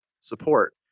support